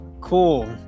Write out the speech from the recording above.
cool